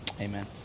Amen